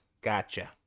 Gotcha